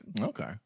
Okay